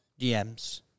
DMs